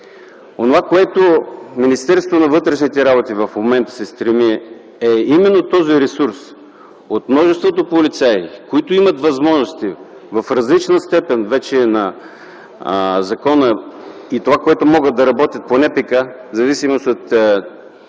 към което Министерството на вътрешните работи в момента се стреми, е именно този ресурс от множеството полицаи, които имат възможности в различна степен – на закона и това, което могат да работят по НПК, в зависимост от